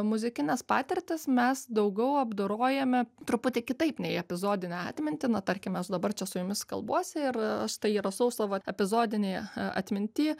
muzikines patirtis mes daugiau apdorojame truputį kitaip nei epizodinę atmintį na tarkim aš dabar čia su jumis kalbuosi ir aš tai rašau savo epizodinėj atminty